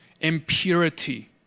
impurity